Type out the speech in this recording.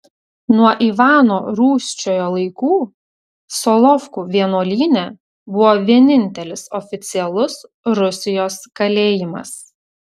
nuo ivano rūsčiojo laikų solovkų vienuolyne buvo vienintelis oficialus rusijos kalėjimas